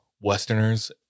Westerners